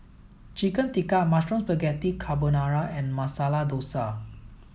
Chicken Tikka Mushroom Spaghetti Carbonara and Masala Dosa